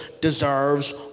deserves